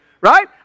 Right